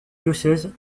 diocèse